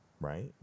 right